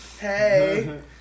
Hey